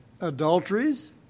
adulteries